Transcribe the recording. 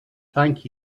thank